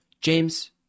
james